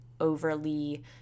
overly